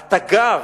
ה"תגר",